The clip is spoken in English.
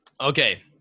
Okay